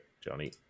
Johnny